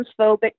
transphobic